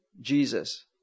Jesus